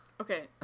Okay